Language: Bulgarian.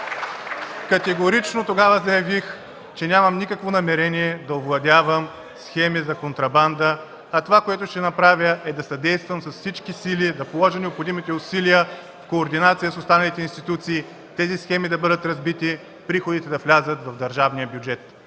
Категорично заявих, че нямам никакво намерение да оглавявам схеми за контрабанда, а това, което ще направя, е да съдействам с всички сили и да положа необходимите усилия, в координация с останалите институции, тези схеми да бъдат разбити и приходите да влязат в държавния бюджет.